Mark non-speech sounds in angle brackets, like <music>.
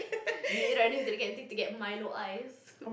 <laughs> me running to the canteen to get milo ice <laughs>